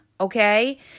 okay